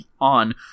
on